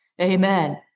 Amen